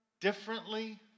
differently